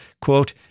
quote